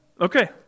Okay